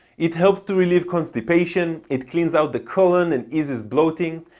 it helps to relieve constipation. it cleans out the colon and eases bloating.